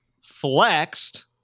flexed